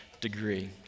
degree